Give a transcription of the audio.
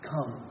Come